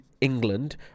england